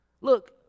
look